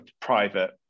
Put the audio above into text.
private